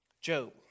Job